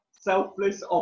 selfless